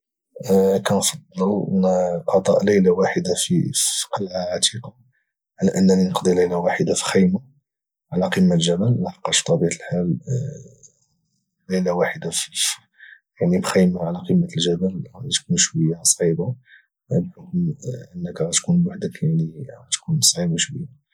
كنفضل القضاء ليله واحده في قلعه عتيقه على انني نقضي ليله واحده في خيمه على قمه جبل لحقاش بطبيعه الحال ليله واحده على قمه جبل غادي تكون شويه صعيبه صعيبه بحكم غادي تكون بوحدك يعني غادي تكون صعيبه شويه